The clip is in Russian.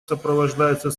сопровождается